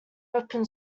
open